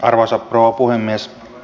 arvoisa rouva puhemies